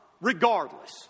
regardless